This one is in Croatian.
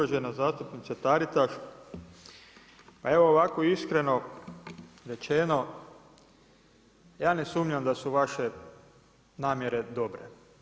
Uvažena zastupnice Taritaš, pa evo ovako iskreno rečeno, ja ne sumnjam da su vaše namjere dobre.